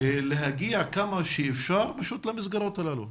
להגיע כמה שאפשר למסגרות הללו,